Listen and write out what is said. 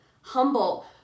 Humble